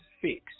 fix